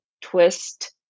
twist